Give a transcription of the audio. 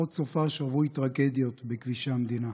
עוד סוף שבוע רווי טרגדיות בכבישי המדינה.